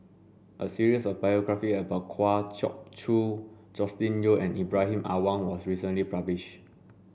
a series of biographies about Kwa Geok Choo Joscelin Yeo and Ibrahim Awang was recently published